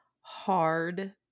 hard